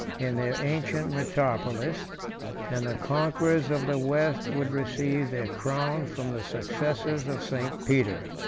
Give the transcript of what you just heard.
in their ancient metropolis and the conquerors of the west would receive their crown from the successors of st. peter.